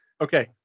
Okay